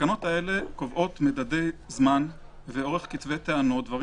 התקנות האלה קובעות מדדי זמן ואורך כתבי טענות דברים